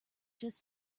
just